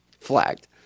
flagged